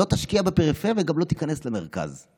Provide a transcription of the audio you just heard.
לא תשקיע בפריפריה וגם לא תיכנס למרכז.